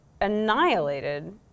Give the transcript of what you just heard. Annihilated